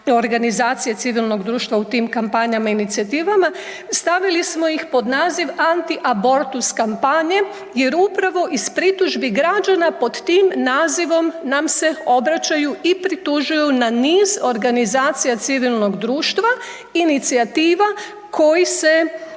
organizacije civilnog društva u tim kampanjama i inicijativama, stavili smo iz pod naziv „Antiabortus kampanje“ jer upravo iz pritužbi građana pod tim nazivom nam se obraćaju i pritužuju na niz organizacija civilnog društva i inicijativa koji se